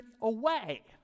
away